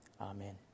Amen